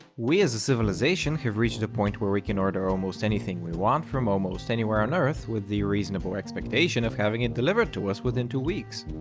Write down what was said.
we as a civilization have reached a point where we can order almost anything we want from almost anywhere on earth with the reasonable expectation of having it delivered to us within two weeks.